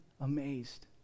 amazed